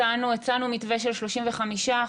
הצענו מתווה של 35%,